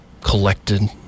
collected